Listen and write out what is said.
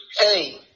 Hey